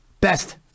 best